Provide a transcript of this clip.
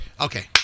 Okay